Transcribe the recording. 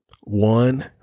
one